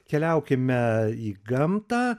keliaukime į gamtą